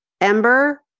Ember